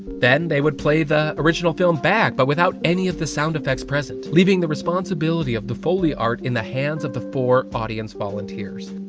then they would play the film back but without any of the sound effects present, leaving the responsiblity of the foley art in the hands of the four audience volunteers.